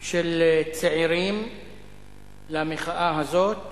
של צעירים למחאה הזאת.